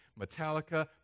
Metallica